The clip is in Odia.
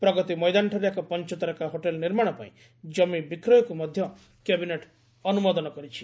ପ୍ରଗତି ମଇଦାନଠାରେ ଏକ ପଞ୍ଚତାରକା ହୋଟେଲ ନିର୍ମାଣ ପାଇଁ କମି ବିକ୍ରୟକୁ ମଧ୍ୟ କ୍ୟାବିନେଟ୍ ଅନୁମୋଦନ କରିଛି